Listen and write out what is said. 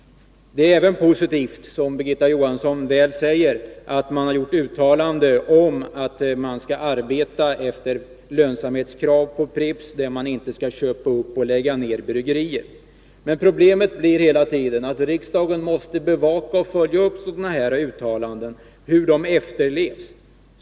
Det är även positivt, som Birgitta Johansson säger, att man har gjort uttalanden om att Pripps skall arbeta efter lönsamhetskrav och inte köpa upp och lägga ned bryggerier. Men problemet är hela tiden att riksdagen måste bevaka och följa upp hur sådana här uttalanden efterlevs.